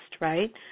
right